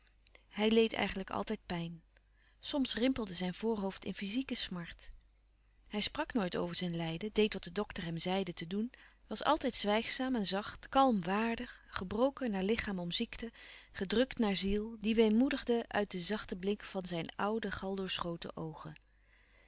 hij leed eigenlijk altijd pijn soms rimpelde zijn voorhoofd in fyzieke smart hij sprak nooit over zijn lijden deed wat de dokter hem zeide te doen was altijd zwijgzaam en zacht kalm waardig gebroken naar lichaam om ziekte gedrukt naar ziel die weemoelouis couperus van oude menschen de dingen die voorbij gaan digde uit den zachten blik van zijn oude galdoorschoten oogen